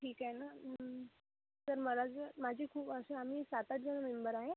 ठीक आहे ना सर मला ज माझी खू असं आम्ही सातआठ जण मेंबर आहे